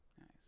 Nice